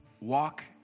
walk